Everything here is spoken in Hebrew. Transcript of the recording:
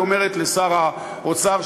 היא אומרת לשר האוצר,